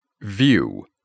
View